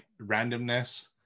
randomness